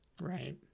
right